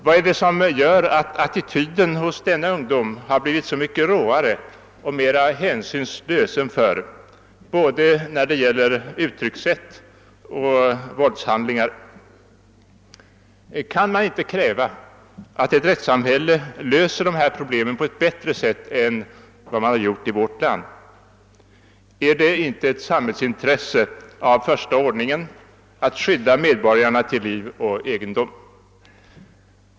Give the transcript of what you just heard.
Vad är det som gör att attityden hos denna ungdom har blivit så mycket råare och hänsynslösare än förr, när det gäller både uttryckssätt och våldshandlingar? Kan man inte kräva att ett rättssamhälle löser dessa problem på ett bättre sätt än vad man gjort här i vårt land? Är det inte ett samhällsintresse av första ordningen att skydda medborgarna till liv och egendom?